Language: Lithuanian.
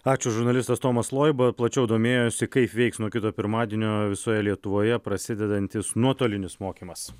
ačiū žurnalistas tomas loiba plačiau domėjosi kaip veiks nuo kito pirmadienio visoje lietuvoje prasidedantis nuotolinis mokymas